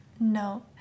No